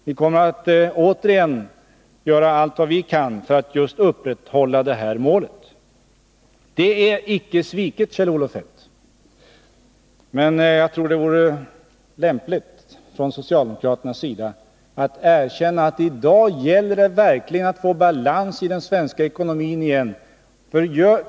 Vi kommer åter att göra allt vad vi kan för att just upprätthålla vårt mål. Det är inte sviket, Kjell-Olof Feldt. Jag tror dock det vore klokt av socialdemokraterna att erkänna att det i dag framför allt gäller att åter få balans i den svenska ekonomin.